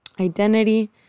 identity